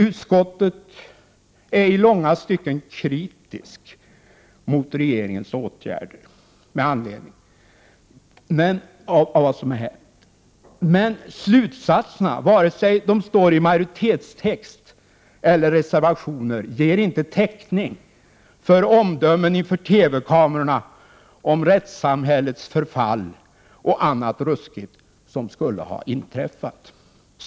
Utskottet är i långa stycken kritiskt mot regeringens åtgärder med anledning av vad som hänt, men slutsatserna vare sig de står i majoritetstext eller i reservationer ger inte täckning för omdömen inför TV-kamerorna om rättssamhällets förfall och annat ruskigt som skulle ha inträffat.